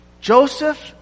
Joseph